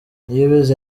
niyibizi